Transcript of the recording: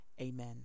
Amen